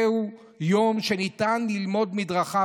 זהו יום שניתן ללמוד מדרכיו,